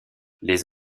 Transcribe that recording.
les